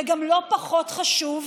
וגם לא פחות חשוב,